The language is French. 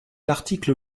l’article